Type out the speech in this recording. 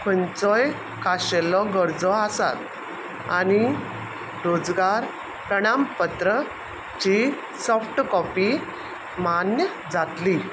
खंयचोय खाशेल्यो गरजो आसात आनी रोजगार प्रणामपत्राची सॉफ्ट कॉपी मान्य जातली